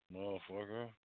Motherfucker